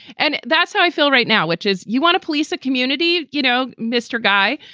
and that's how i feel right now, which is you want to police a community. you know, mr. guy,